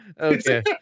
Okay